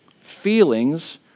feelings